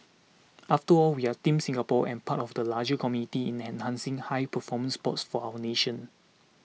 after all we are Team Singapore and part of the larger community in enhancing high performance sports for our nation